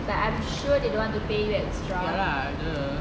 but I'm sure they don't want to pay the extra